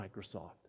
Microsoft